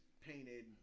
painted